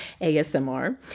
ASMR